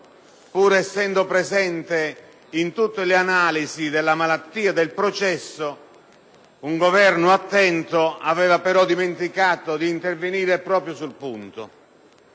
pur essendo presente in tutte le analisi della malattia del processo; un Governo attento aveva perodimenticato di intervenire proprio sul punto: